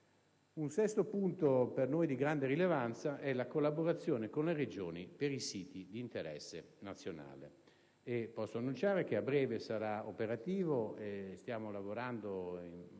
Il sesto punto, che per noi ha grande rilevanza, attiene alla collaborazione con le Regioni per i siti di interesse nazionale. Posso annunciare che a breve sarà operativo (stiamo lavorando molto